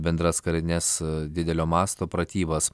bendras karines didelio mąsto pratybas